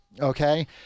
Okay